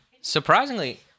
Surprisingly